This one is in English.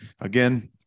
again